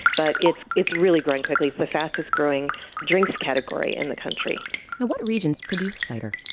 but it's it's really growing quickly. it's the fastest-growing drink category in the country what regions produce cider?